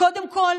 קודם כול,